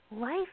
life